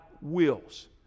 wills